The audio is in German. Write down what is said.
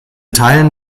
teilen